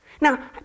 Now